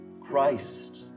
Christ